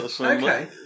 Okay